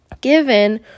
Given